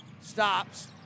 stops